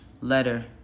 letter